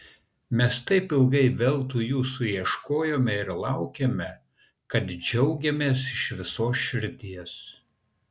mes taip ilgai veltui jūsų ieškojome ir laukėme kad džiaugiamės iš visos širdies